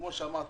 כפי שאמרת,